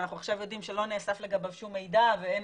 שאנחנו יודעים שלא נאסף לגביו שום מידע ואין